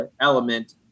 element